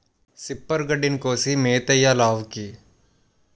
సిప్పరు గడ్డిని కోసి మేతెయ్యాలావుకి